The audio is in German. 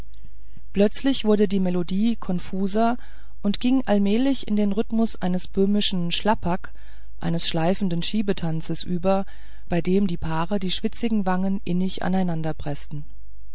plötzlich wurde die melodie konfuser und ging allmählich in den rhythmus des böhmischen schlapak eines schleifenden schiebetanzes über bei dem die paare die schwitzigen wangen innig